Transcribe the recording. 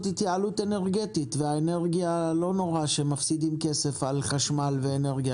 התייעלות אנרגטית ולא נורא שמפסידים כסף על חשמל ואנרגיה,